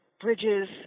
bridges